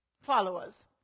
followers